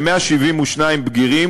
ו-172 בגירים.